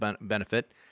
benefit